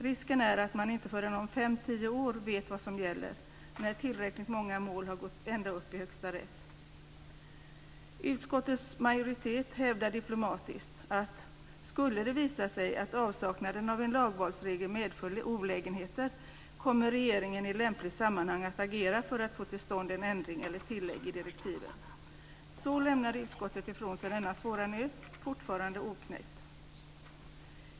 Risken finns att man inte vet vad som gäller förrän om fem tio år när tillräckligt många mål gått ända upp i högsta rätt. Utskottets majoritet hävdar diplomatiskt att skulle det visa sig att avsaknaden av en lagvalsregel medför olägenheter, kommer regeringen i lämpligt sammanhang att agera för att få till stånd en ändring eller tillägg i direktivet. Så lämnar utskottet ifrån sig denna svåra nöt fortfarande oknäckt.